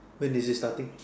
when is it starting